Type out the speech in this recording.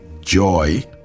joy